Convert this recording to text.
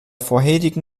vorherigen